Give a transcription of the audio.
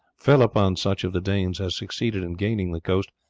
fell upon such of the danes as succeeded in gaining the coast,